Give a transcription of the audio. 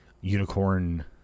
Unicorn